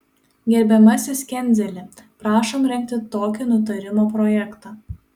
gerbiamasis genzeli prašom rengti tokį nutarimo projektą